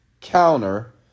counter